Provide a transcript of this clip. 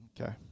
Okay